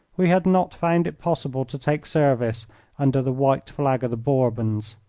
we had not found it possible to take service under the white flag of the bourbons,